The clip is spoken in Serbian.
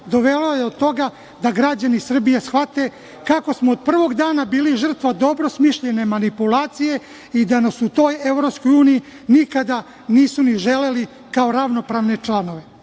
dovela je do toga da građani Srbije shvate kako smo od prvog dana bili žrtva dobro smišljene manipulacije i da nas u toj EU nikada nisu ni želeli kao ravnopravne članove. Naravno,